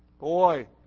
Boy